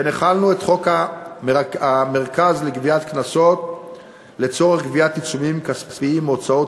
כן החלנו את חוק המרכז לגביית קנסות לצורך גביית עיצומים כספיים או הוצאות